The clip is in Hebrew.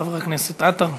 חבר הכנסת עטר.